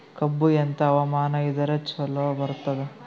ಕಬ್ಬು ಎಂಥಾ ಹವಾಮಾನ ಇದರ ಚಲೋ ಬರತ್ತಾದ?